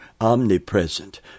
omnipresent